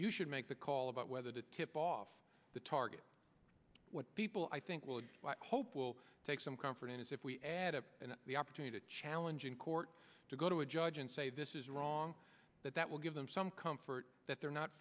you should make the call about whether to tip off the target what people i think will hope will take some comfort in is if we add up and the opportunity to challenge in court to go to a judge and say this is wrong that that will give them some comfort that they're not